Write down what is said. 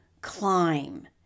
climb